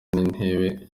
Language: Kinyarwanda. n’intebe